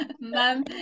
ma'am